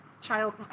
child